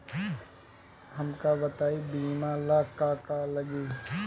हमका बताई बीमा ला का का लागी?